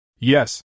Yes